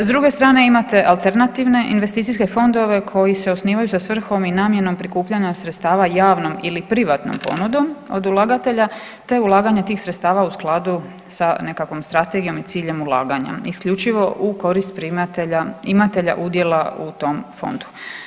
S druge strane imate alternativne investicijske fondove koji se osnivaju sa svrhom i namjenom prikupljanja sredstava javnom ili privatnom ponudom od ulagatelja te ulaganje tih sredstava u skladu sa nekakvom strategijom i ciljem ulaganja isključivo u korist imatelja udjela u tom fondu.